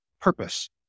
purpose